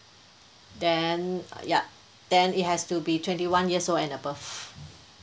then ya then it has to be twenty one years old and above